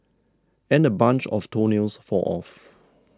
and a bunch of toenails fall off